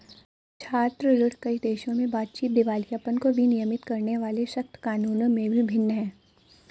छात्र ऋण, कई देशों में बातचीत, दिवालियापन को विनियमित करने वाले सख्त कानूनों में भी भिन्न है